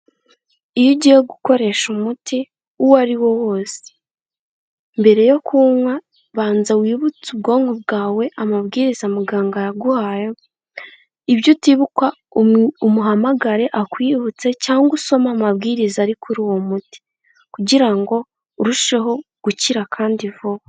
Iyo ugiye gukoresha umuti uwo ari wo wose, mbere yo kuwunywa banza wibutse ubwonko bwawe amabwiriza muganga yaguhaye, ibyo utibuka umuhamagare akwibutse cyangwa usome amabwiriza ari kuri uwo muti, kugira ngo urusheho gukira kandi vuba.